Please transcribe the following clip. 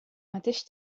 mateix